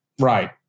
Right